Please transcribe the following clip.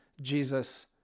Jesus